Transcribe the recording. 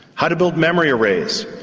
how to build memory arrays,